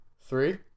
three